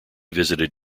visited